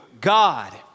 God